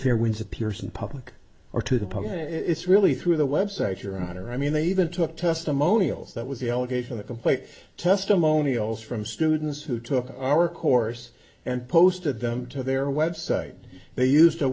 fair winds appears in public or to the public it's really through the website your honor i mean they even took testimonials that was the allegation the complete testimonials from students who took our course and posted them to their website they used a